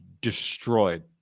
destroyed